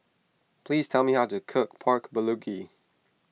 please tell me how to cook Pork Bulugi